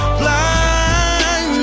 blind